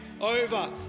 Over